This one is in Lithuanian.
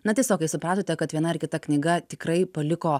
na tiesiog kai supratote kad viena ar kita knyga tikrai paliko